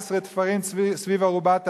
18 תפרים סביב ארובת העין,